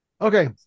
Okay